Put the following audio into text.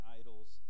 idols